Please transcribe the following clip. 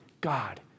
God